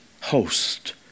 host